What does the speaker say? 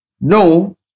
No